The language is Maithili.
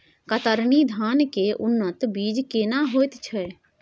कतरनी धान के उन्नत बीज केना होयत छै?